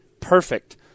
perfect